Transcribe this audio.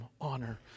honor